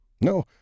No